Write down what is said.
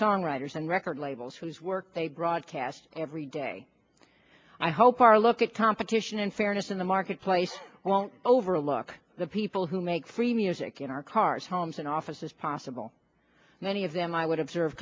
songwriters and record labels whose work they broadcast every day i hope our look at competition and fairness in the marketplace won't overlook the people who make free music in our cars homes and offices possible many of them i would have served